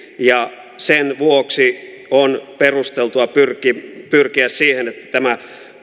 ja sen vuoksi on perusteltua pyrkiä siihen että tämä